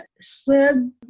slid